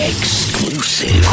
Exclusive